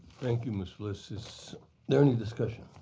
thank you, ms. bliss. is there any discussion?